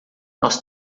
nós